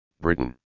Britain